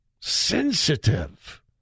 sensitive